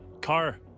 Car